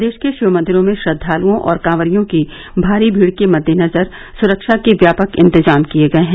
प्रदेश के शिवमंदिरो में श्रद्दालुओं और कॉवरियो की भारी भीड़ के मददे सुरक्षा के व्यापक इंतजाम किए गये हैं